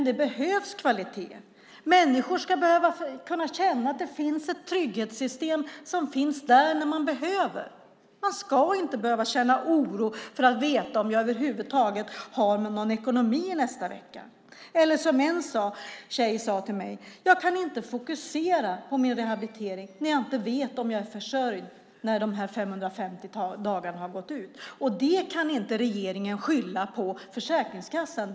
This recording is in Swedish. Det behövs kvalitet. Människor ska kunna känna att ett trygghetssystem finns där när de behöver det. De ska inte behöva känna oro för om de över huvud taget har någon ekonomi nästa vecka. En tjej sade till mig: Jag kan inte fokusera på min rehabilitering när jag inte vet om jag är försörjd när de 550 dagarna har gått ut. Det kan inte regeringen skylla på Försäkringskassan.